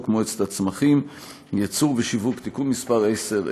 מועצת הצמחים (ייצור ושיווק) (תיקון מס' 10),